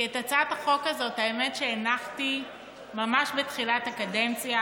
כי האמת היא שאת הצעת החוק הזאת הנחתי ממש בתחילת הקדנציה,